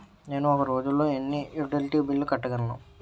నేను ఒక రోజుల్లో ఎన్ని యుటిలిటీ బిల్లు కట్టగలను?